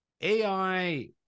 ai